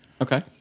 Okay